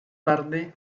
tarde